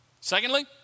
Secondly